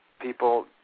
people